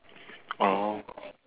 oh